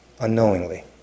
unknowingly